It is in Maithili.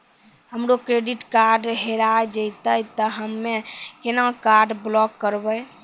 हमरो क्रेडिट कार्ड हेरा जेतै ते हम्मय केना कार्ड ब्लॉक करबै?